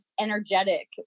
Energetic